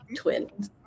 twins